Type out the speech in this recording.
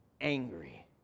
angry